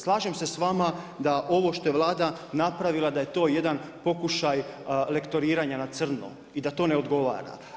Slažem se sa vama da ovo što je Vlada napravila da je to jedan pokušaj lektoriranja na crno i da to ne odgovara.